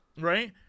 Right